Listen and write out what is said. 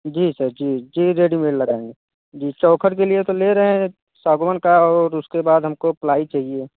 जी sir जी जी readymade लगाएँगे जी चौखट के लिए तो ले रहें सागवन का और उसके बाद हम को प्लाई चाहिए